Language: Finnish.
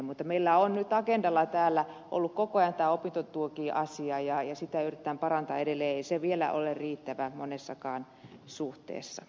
mutta meillä on nyt täällä agendalla ollut koko ajan tämä opintotukiasia ja sitä yritetään parantaa edelleen ei se vielä ole riittävä monessakaan suhteessa